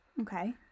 Okay